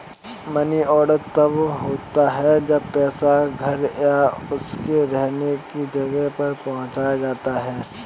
money order तब होता है जब पैसा घर या उसके रहने की जगह पर पहुंचाया जाता है